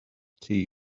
tea